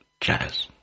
jazz